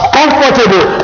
comfortable